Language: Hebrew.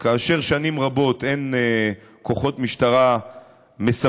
כאשר שנים רבות אין כוחות משטרה מספקים